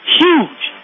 huge